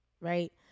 Right